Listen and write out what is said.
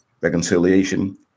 Reconciliation